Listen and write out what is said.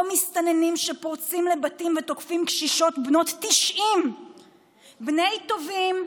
או מסתננים שפורצים לבתים ותוקפים קשישות בנות 90. בני טובים,